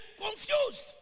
confused